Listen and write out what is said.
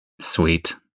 Sweet